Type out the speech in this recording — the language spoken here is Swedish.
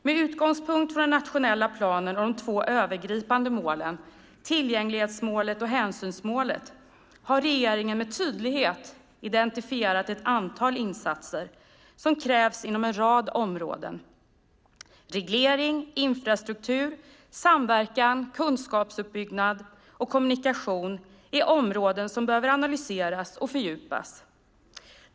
Med utgångspunkt från den nationella planen och de två övergripande målen, tillgänglighetsmålet och hänsynsmålet, har regeringen med tydlighet identifierat ett antal insatser som krävs inom en rad områden. Reglering, infrastruktur, samverkan, kunskapsuppbyggnad och kommunikation är områden som behöver analyseras och fördjupas.